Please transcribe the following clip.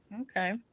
okay